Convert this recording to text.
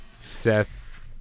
Seth